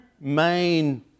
main